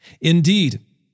Indeed